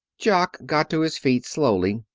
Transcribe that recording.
jock got to his feet slowly.